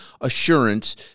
assurance